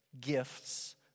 gifts